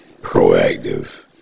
proactive